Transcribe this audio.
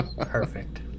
perfect